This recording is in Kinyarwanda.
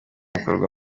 bikorwa